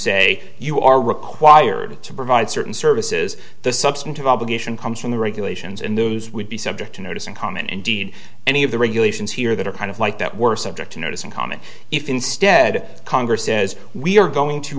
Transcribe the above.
say you are required to provide certain services the substantive obligation comes from the regulations and those would be subject to notice and common indeed any of the regulations here that are kind of like that were subject to notice and comment if instead congress says we are going to